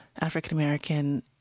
African-American